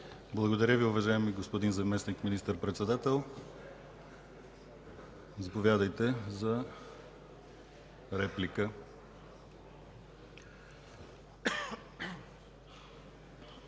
Благодаря Ви, уважаеми господин Заместник министър-председател. Заповядайте за реплика.